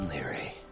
Leary